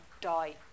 die